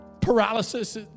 paralysis